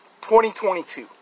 2022